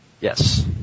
Yes